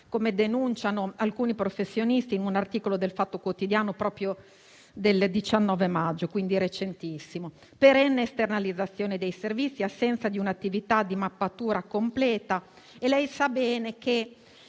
come denunciano alcuni professionisti in un articolo de «il Fatto Quotidiano» del 19 maggio (quindi è recentissimo), perenne esternalizzazione dei servizi e assenza di un'attività di mappatura completa. Sa bene che